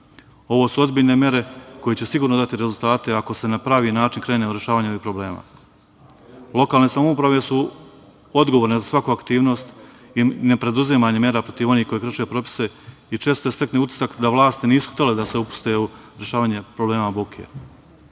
Ovo su ozbiljne mere koje će sigurno dati rezultate ako se na pravi način krene u rešavanje ovih problema. Lokalne samouprave su odgovorne za svaku aktivnost i nepreduzimanje mera protiv onih koji krše propise i često se stekne utisak da vlasti nisu htele da se upuste u rešavanje problema